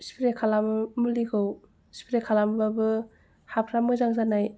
spray खालाम मुलिखौ spray खालामब्लाबो हाफ्रा मोजां जानाय